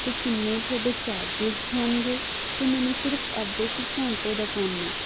ਅਤੇ ਕਿੰਨੇ ਤੁਹਾਡੇ ਚਾਰਜਿਸ ਹੋਣਗੇ ਅਤੇ ਮੈਨੂੰ ਸਿਰਫ ਅੱਧੇ ਕੁ ਘੰਟੇ ਦਾ ਕੰਮ ਹੈ